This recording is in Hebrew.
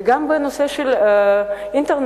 וגם הנושא של האינטרנט,